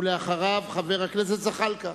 ואחריו, חבר הכנסת זחאלקה.